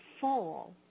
fall